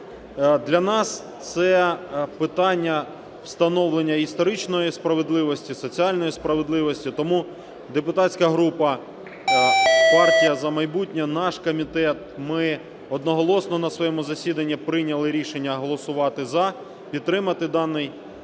Для нас це питання встановлення історичної справедливості, соціальної справедливості. Тому депутатська група "Партія "За майбутнє", наш комітет, ми одноголосно на своєму засіданні прийняли рішення голосувати "за", підтримати дану